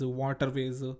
waterways